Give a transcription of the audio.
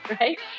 right